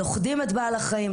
לוכדים את בעל החיים,